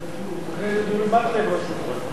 אחרי זה אורי מקלב רשום.